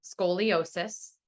scoliosis